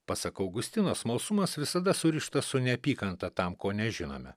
pasak augustino smalsumas visada surištas su neapykanta tam ko nežinome